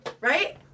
Right